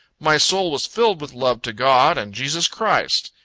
my soul was filled with love to god and jesus christ.